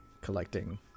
collecting